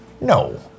No